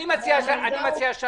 אני מציע שנה.